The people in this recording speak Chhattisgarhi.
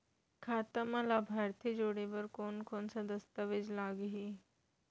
खाता म लाभार्थी जोड़े बर कोन कोन स दस्तावेज लागही?